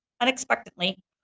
Unexpectedly